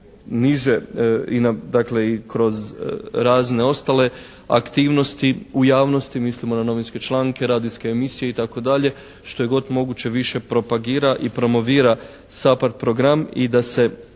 dakle i kroz razne ostale aktivnosti u javnosti, mislimo na novinske članke, radijske emisije i tako dalje što je god moguće više propagira i promovira SAPARD program i da se